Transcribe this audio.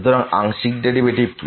সুতরাং আংশিক ডেরিভেটিভ কি